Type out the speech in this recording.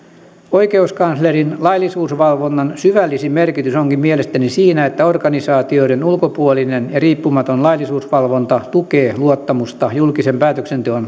oikeuskanslerin laillisuusvalvonnan syvällisin merkitys onkin mielestäni siinä että organisaatioiden ulkopuolinen ja riippumaton laillisuusvalvonta tukee luottamusta julkisen päätöksenteon